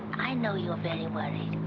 i know you're very worried.